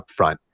upfront